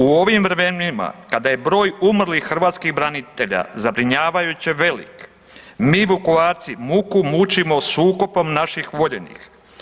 U ovim vremenima kada je broj umrlih hrvatskih branitelja zabrinjavajuće velik mi Vukovarci muku mučimo s ukopom naših voljenih.